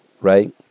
right